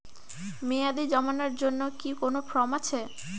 মেয়াদী জমানোর জন্য কি কোন ফর্ম আছে?